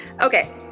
Okay